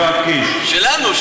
שלנו.